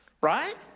Right